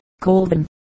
Colvin